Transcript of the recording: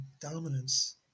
dominance